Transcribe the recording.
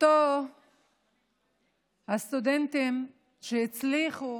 או-טו-טו הסטודנטים שהצליחו